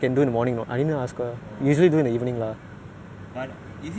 but is it after surgey got to stay there or [what] or can go home